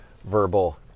verbal